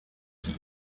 qui